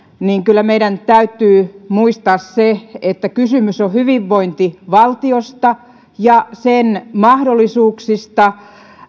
niin kyllä meidän täytyy muistaa se että kysymys on hyvinvointivaltiosta ja sen mahdollisuuksista